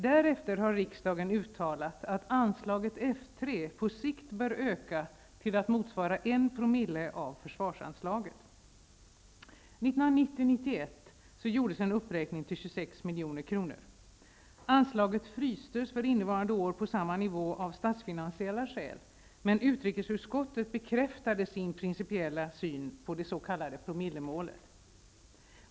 Därefter har riksdagen uttalat ''att anslaget F 3 på sikt bör öka till att motsvara en promille av försvarsanslaget.'' Anslaget frystes för innevarande år på samma nivå av statsfinansiella skäl, men utrikesutskottet bekräftade sin principiella syn på det s.k.